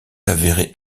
avérée